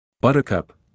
Buttercup